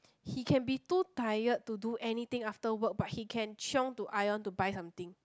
he can be too tired to do anything after work but he can chiong to ion to buy something